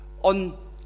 on